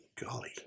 Golly